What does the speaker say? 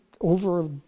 over